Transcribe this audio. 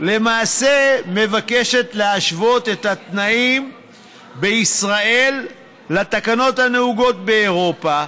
למעשה מבקשת להשוות את התנאים בישראל לתקנות הנהוגות באירופה,